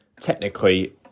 technically